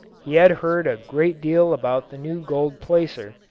he had heard a great deal about the new gold placer,